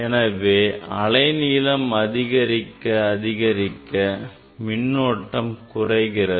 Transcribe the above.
எனவே அலை நீளம் அதிகரிக்க அதிகரிக்க மின்னோட்டம் குறைகிறது